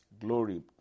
Glory